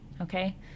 Okay